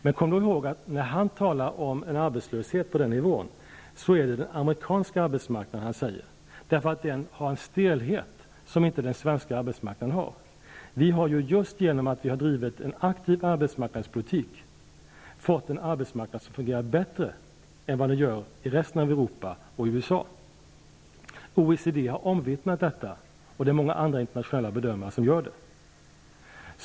Men kom ihåg att den arbetslöshetsnivå som Krugman talar om gäller den amerikanska arbetsmarknaden, därför att den har en stelhet som inte den svenska arbetsmarknaden har. Just genom att vi har bedrivit en aktiv arbetsmarknadspolitik har vi fått en arbetsmarknad som fungerar bättre än vad den gör i resten av Europa och i USA. OECD har omvittnat detta, och även många andra internationella bedömare gör det.